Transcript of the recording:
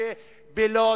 בלוד,